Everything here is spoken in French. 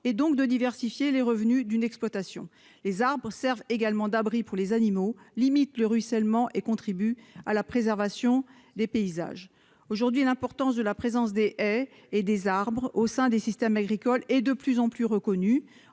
et donc de diversifier les revenus d'une exploitation les arbres Servent également d'abri pour les animaux, limite le ruissellement et contribue à la préservation des paysages aujourd'hui l'importance de la présence des et des arbres au sein des systèmes agricoles et de plus en plus reconnue